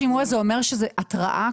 חובת שימוע, זה אומר שזאת התראה?